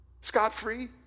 Scot-free